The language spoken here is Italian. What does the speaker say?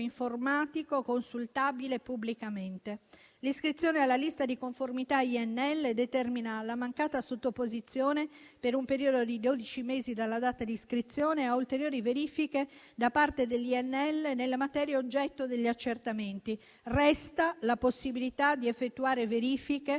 informatico consultabile pubblicamente. L'iscrizione alla lista di conformità dell'INL determina la mancata sottoposizione, per un periodo di dodici mesi dalla data di iscrizione, a ulteriori verifiche da parte dell'INL nelle materie oggetto degli accertamenti. Resta la possibilità di effettuare verifiche